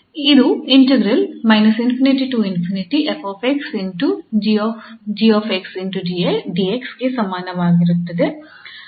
ಇದು ಇಂಟಿಗ್ರಾಲ್ ಗೆ ಸಮನಾಗಿರುತ್ತದೆ